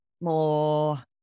more